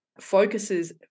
focuses